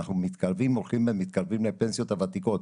אנחנו הולכים ומתקרבים לפנסיות הוותיקות,